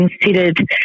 considered